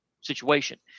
situation